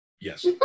yes